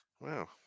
Wow